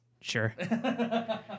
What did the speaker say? sure